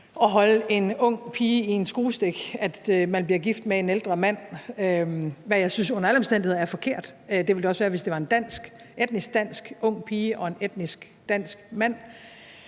at holde en ung pige i en skruestik på, at hun bliver gift med en ældre mand, hvad jeg under alle omstændigheder synes er forkert. Det ville det også være, hvis det var en etnisk dansk ung pige og en etnisk dansk mand.